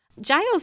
Giles